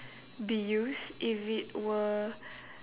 be used if it were